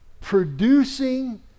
producing